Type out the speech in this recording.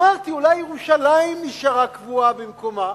אמרתי, אולי ירושלים נשארה קבועה במקומה,